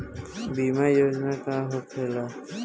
बीमा योजना का होखे ला?